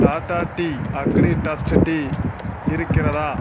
Tata tea Agni dust tea இருக்கிறதா